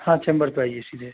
हाँ चेम्बर पर आइए सीधे